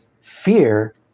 fear